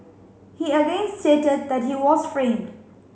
he again stated that he was framed